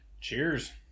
Cheers